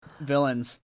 villains